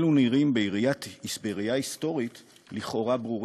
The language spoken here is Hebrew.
אלו נראים, בראיית ההיסטוריה, לכאורה ברורים.